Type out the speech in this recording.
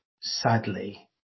sadly